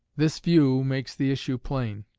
this view makes the issue plain.